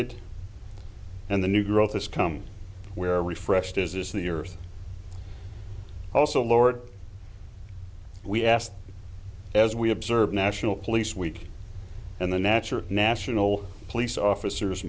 d and the new growth has come where refreshed is this the earth also lowered we asked as we observe national police week and the natural national police officers